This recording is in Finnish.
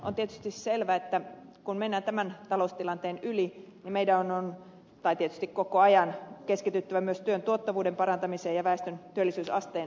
on tietysti selvää että kun mennään tämän taloustilanteen yli niin meidän on tai tietysti koko ajan keskityttävä myös työn tuottavuuden parantamiseen ja väestön työllisyysasteen nostamiseen